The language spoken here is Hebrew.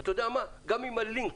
גם אם הלינק